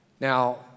Now